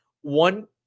One